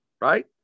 Right